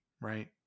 right